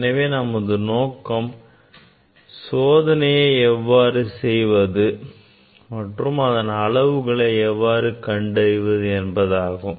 எனவே நமது நோக்கம் சோதனையை எவ்வாறு செய்வது மற்றும் அதன் அளவுகளை எவ்வாறு கண்டறிவது என்பதாகும்